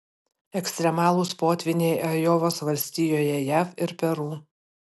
ekstremalūs potvyniai ajovos valstijoje jav ir peru